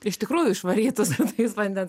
iš tikrųjų išvarytų su tais vandens